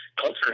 culture